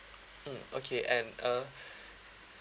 mm okay and uh